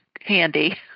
handy